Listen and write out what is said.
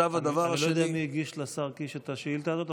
אני לא יודע מי הגיש לשר קיש את השאילתה הזאת,